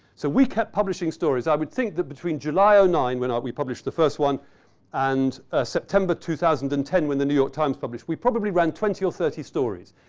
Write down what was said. so, we kept publishing stories. i would think that between july ah nine, when we published the first one and september two thousand and ten, when the new york times published, we probably ran twenty or thirty stories.